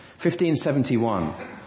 1571